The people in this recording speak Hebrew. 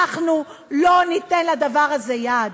אנחנו לא ניתן לדבר הזה יד.